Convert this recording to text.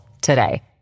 today